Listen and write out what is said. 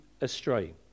astray